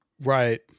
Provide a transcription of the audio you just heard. right